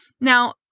Now